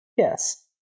Yes